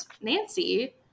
Nancy